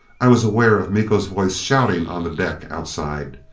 i was aware of miko's voice shouting on the deck outside.